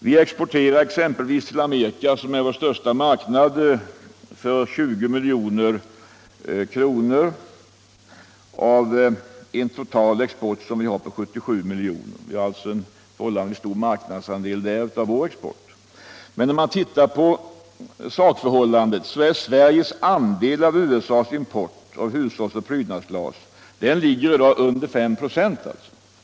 Vi exporterade exempelvis till Amerika — som är vår största marknad — för 20 milj.kr. 1975. Vår totala export var 77 milj.kr. Vi har alltså en förhållandevis stor marknadsandel av vår export där. Men om man studerar siffrorna så ser man att Sveriges andel av USA:s import av hushållsoch prydnadsglas ligger under 5 96.